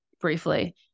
briefly